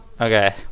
Okay